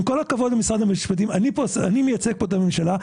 עם כל הכבוד למשרד המשפטים אני פה מייצג את הממשלה,